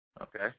Okay